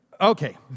Okay